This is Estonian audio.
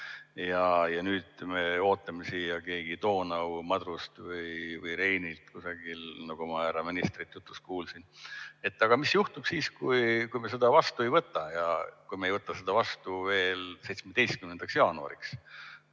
Nüüd me ootame siia Doonau madrust või Reinilt kusagilt, nagu ma härra ministri jutust kuulsin. Aga mis juhtuks siis, kui me seda vastu ei võta ja kui me ei võta seda vastu veel 17. jaanuariks,